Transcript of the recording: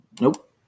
Nope